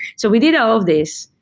so we did all of these.